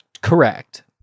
correct